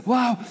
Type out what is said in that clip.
Wow